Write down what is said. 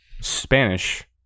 Spanish